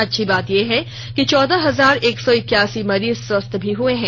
अच्छी बात यह है कि चौदह हजार एक सौ इक्यासी मरीज स्वस्थ भी हुए हैं